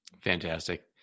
Fantastic